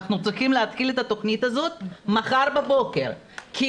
אנחנו צריכים להתחיל את התכנית הזאת מחר בבוקר כי